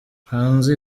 hanze